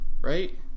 right